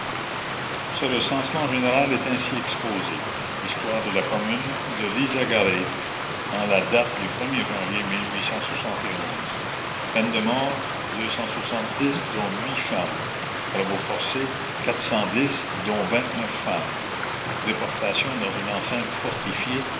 femmes ce recensement général est ainsi exposé histoire de la commune de lissagaray en la date du er janvier en de mort dont femmes travaux forcés dont femmes déportation dans une enceinte fortifiée